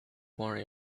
worry